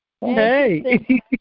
hey